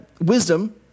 wisdom